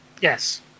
Yes